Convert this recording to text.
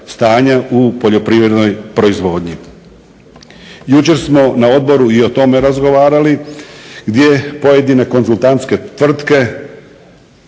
u poljoprivrednoj proizvodnji. Jučer smo na odboru i o tome razgovarali gdje pojedine konzultantske tvrtke